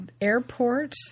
Airport